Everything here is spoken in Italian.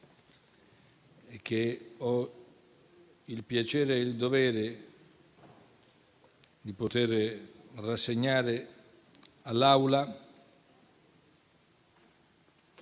e che ho il piacere e il dovere di poter rassegnare all'Assemblea